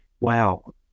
wow